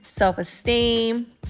self-esteem